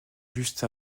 juste